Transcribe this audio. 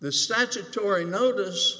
the statutory notice